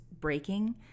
breaking